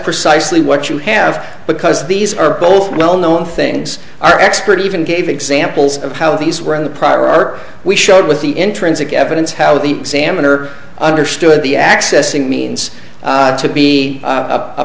precisely what you have because these are both well known things are expert even gave examples of how these were in the prior art we showed with the intrinsic evidence how the examiner understood the accessing means to be